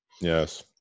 Yes